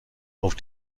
auf